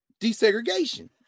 desegregation